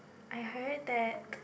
I heard that